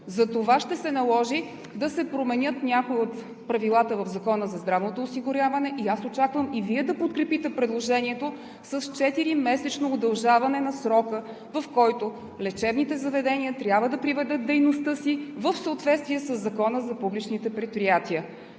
Затова ще се наложи да се променят някои от правилата в Закона за здравното осигуряване и аз очаквам и Вие да подкрепите предложението – с четиримесечно удължаване на срока, в който лечебните заведения трябва да приведат дейността си в съответствие със Закона за публичните предприятия.